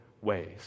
ways